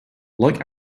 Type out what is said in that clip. like